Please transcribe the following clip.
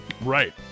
Right